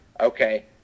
Okay